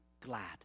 glad